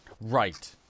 Right